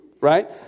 right